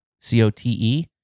C-O-T-E